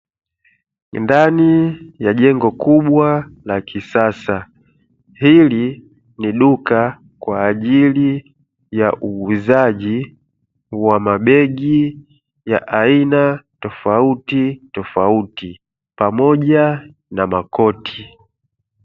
Ndani ya jengo kubwa la kisasa, hili ni duka kwaajili ya uuzaji wa mabegi ya aina tofauti tofauti, pamoja na makoti.